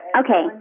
okay